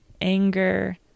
anger